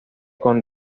con